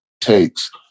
takes